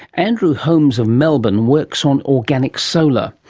andrew holmes of melbourne works on organic solar,